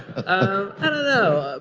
i don't know,